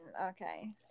Okay